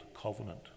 covenant